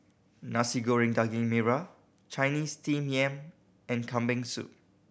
Nasi Goreng Daging Merah Chinese Steamed Yam and Kambing Soup